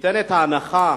ניתנת הנחה